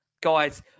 guys